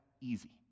easy